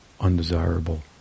undesirable